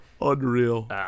Unreal